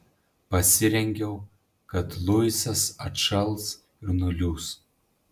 pasirengiau kad luisas atšals ir nuliūs